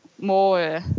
more